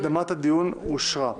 הקדמת הדיון אושרה.